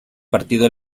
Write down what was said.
partido